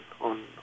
on